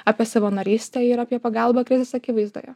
apie savanorystę ir apie pagalbą krizės akivaizdoje